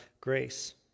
grace